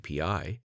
API